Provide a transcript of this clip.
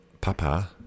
papa